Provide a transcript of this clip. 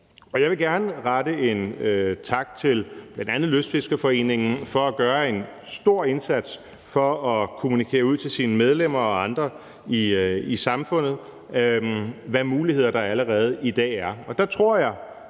Jeg vil gerne rette en tak til bl.a. Lystfiskerforeningen for at gøre en stor indsats for at kommunikere ud til sine medlemmer og andre i samfundet, hvilke muligheder der allerede er i dag.